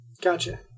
Gotcha